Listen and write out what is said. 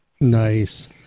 Nice